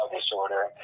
disorder